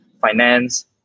finance